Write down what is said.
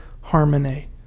harmony